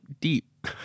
deep